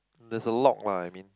there's a lock lah I mean